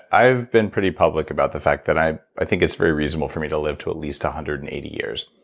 i've been pretty public about the fact that i i think it's very reasonable for me to live to at least a one hundred and eighty years.